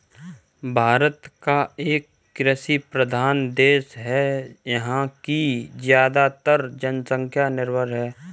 भारत एक कृषि प्रधान देश है यहाँ की ज़्यादातर जनसंख्या निर्भर है